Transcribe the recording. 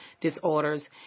disorders